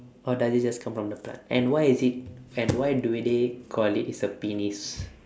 or does it just come from the plant and why is it and why do they call it is a penis